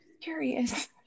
Curious